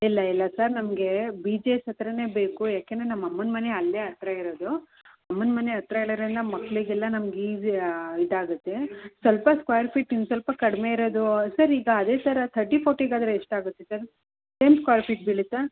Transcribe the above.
ಇಲ್ಲ ಇಲ್ಲ ಸರ್ ನಮಗೆ ಬಿ ಜಿ ಸ್ ಹತ್ತಿರನೇ ಬೇಕು ಯಾಕಂದ್ರೆ ನಮ್ಮ ಅಮ್ಮನ ಮನೆ ಅಲ್ಲೇ ಹತ್ರ ಇರೋದು ಅಮ್ಮನ ಮನೆ ಹತ್ರ ಇರಾದ್ರ್ ಇಂದ ಮಕ್ಕಳಿಗೆಲ್ಲ ನಮ್ಗೆ ಈಜಿ ಇದಾಗುತ್ತೆ ಸ್ವಲ್ಪ ಸ್ಕ್ವಾಯರ್ ಫೀಟ್ ಇನ್ನು ಸ್ವಲ್ಪ ಕಡಿಮೆ ಇರೋದು ಸರ್ ಈಗ ಅದೇ ಸರ್ ತರ್ಟಿ ಫೋರ್ಟಿಗೆ ಆದರೆ ಎಷ್ಟು ಆಗುತ್ತೆ ಸರ್ ಟೆನ್ ಸ್ಕ್ವಾಯ್ರ್ ಫೀಟ್ ಬೀಳುತ್ತಾ